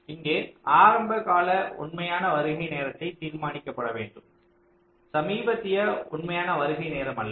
இங்கே ஆரம்பகால உண்மையான வருகை நேரத்தை தீர்மானிக்க வேண்டும் சமீபத்திய உண்மையான வருகை நேரம் அல்ல